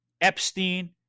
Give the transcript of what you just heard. Epstein